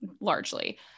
largely